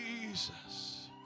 Jesus